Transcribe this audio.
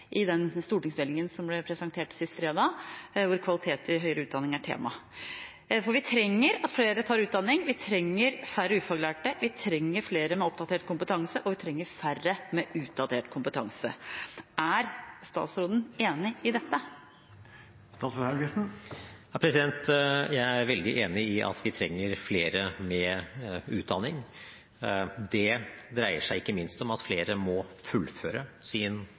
i den stortingsmeldingen som ble presentert sist fredag, hvor kvalitet i høyere utdanning er tema. Vi trenger at flere tar utdanning, vi trenger færre ufaglærte, vi trenger flere med oppdatert kompetanse, og vi trenger færre med utdatert kompetanse. Er statsråden enig i dette? Jeg er veldig enig i at vi trenger flere med utdanning, og det dreier seg ikke minst om at flere må fullføre sin